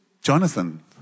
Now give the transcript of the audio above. Jonathan